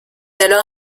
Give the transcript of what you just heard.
alors